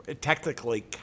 technically